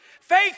Faith